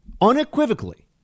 unequivocally